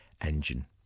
engine